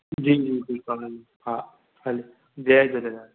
जी जी जी कमल हा हले जय झूलेलाल